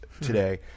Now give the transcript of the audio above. today